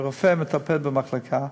כשרופא מטפל במחלקה,